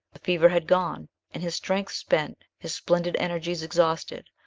the fever had gone and, his strength spent, his splendid energies exhausted,